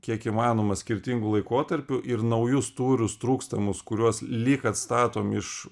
kiek įmanoma skirtingų laikotarpių ir naujus tūrius trūkstamus kuriuos lyg atstatom iš